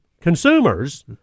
consumers